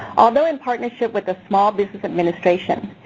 although in partnership with the small business administration,